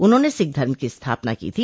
उन्होंने सिख धर्म की स्थापना की थी